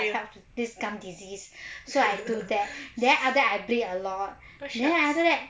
!aiya! this gum disease so I do that then after that I bleed a lot then after that